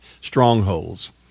strongholds